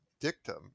dictum